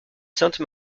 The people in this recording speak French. sainte